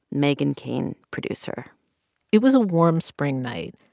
meghan keane producer it was a warm spring night.